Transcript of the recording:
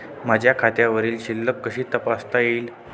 माझ्या खात्यावरील शिल्लक कशी तपासता येईल?